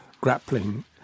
grappling